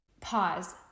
Pause